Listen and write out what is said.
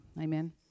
Amen